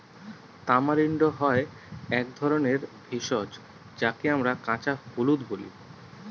tamarind হয় এক ধরনের ভেষজ যাকে আমরা কাঁচা হলুদ বলি